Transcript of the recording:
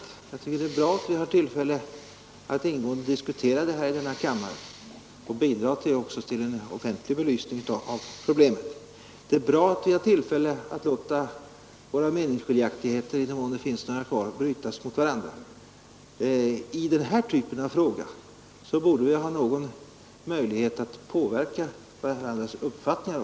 Jag tycker att det är bra att vi har tillfälle att ingående diskutera detta i kammaren och också bidra till en offentlig belysning av problemen. Det är bra att vi har tillfälle att låta våra meningsskiljaktigheter, i den mån det finns några kvar, brytas mot varandra. I den här typen av fråga borde vi också ha möjlighet att påverka varandras uppfattningar.